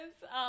Yes